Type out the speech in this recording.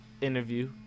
interview